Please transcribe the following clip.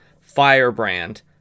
Firebrand